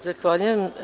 Zahvaljujem.